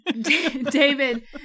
david